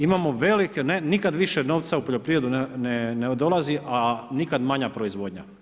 Imamo velike, nikad više novca u poljoprivredu ne dolazi, a nikad manja proizvodnja.